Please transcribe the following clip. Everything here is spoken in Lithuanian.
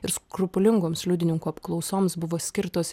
ir skrupulingoms liudininkų apklausoms buvo skirtos